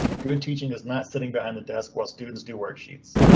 good teaching is not sitting behind the desk while students do worksheets,